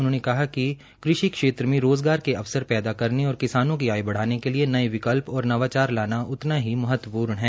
उन्होंने कहा कि कृषि क्षेत्र मे रोज़गार के अवसर पैदा करने और किसानों की आय बढ़ाने के लिए नये विकल्प और नवाचार लाना उतना ही महत्वपूर्ण है